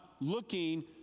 looking